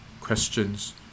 questions